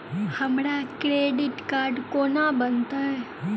हमरा credit card कोना बनतै?